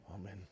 Amen